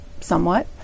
somewhat